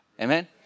Amen